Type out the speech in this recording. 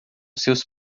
seus